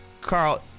Carl